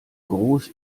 groß